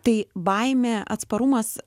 tai baimė atsparumas